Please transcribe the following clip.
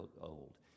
old